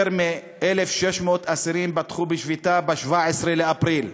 יותר מ-1,600 אסירים פתחו בשביתה ב-17 באפריל.